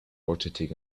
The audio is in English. rotating